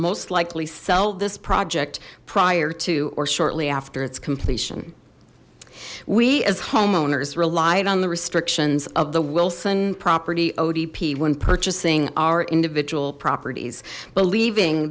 most likely sell this project prior to or shortly after its completion we as homeowners relied on the restrictions of the wilson property odp when purchasing our individual properties believing